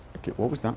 okay, what was